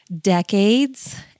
decades